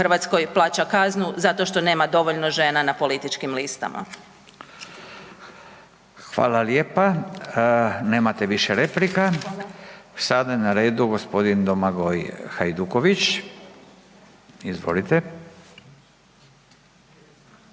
u RH plaća kaznu zato što nema dovoljno žena na političkim listama. **Radin, Furio (Nezavisni)** Hvala lijepa. Nemate više replika. Sada je na redu gospodin Domagoj Hajduković. Izvolite.